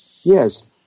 Yes